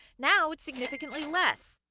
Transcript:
now it's significantly less.